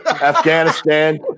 Afghanistan